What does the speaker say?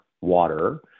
water